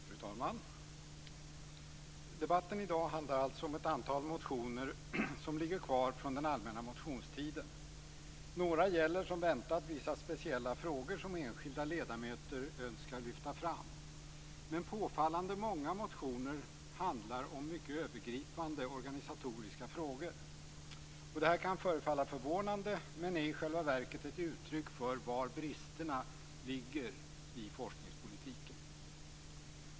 Fru talman! Debatten i dag handlar om ett antal motioner som ligger kvar från allmänna motionstiden. Några gäller som väntat vissa speciella frågor som enskilda ledamöter önskar lyfta fram. Påfallande många motioner handlar dock om mycket övergripande organisatoriska frågor. Detta kan förefalla förvånande men är i själva verket ett uttryck för var bristerna ligger i forskningspolitiken.